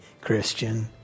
Christian